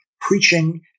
preaching